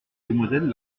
demoiselles